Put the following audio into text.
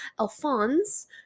Alphonse